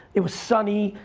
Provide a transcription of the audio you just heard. it was sunny,